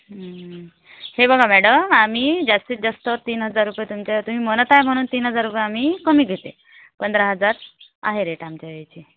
हे बघा मॅडम आम्ही जास्तीत जास्त तीन हजार रुपये तुम्ही म्हणत आहे म्हणून तीन हजार रुपये कमी घेते पंधरा हजार आहे रेट आमचे याचे